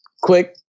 quick